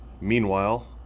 Meanwhile